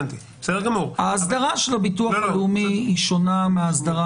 ההסדרה של הביטוח הלאומי שונה.